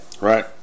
Right